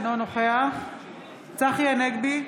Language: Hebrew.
אינו נוכח צחי הנגבי,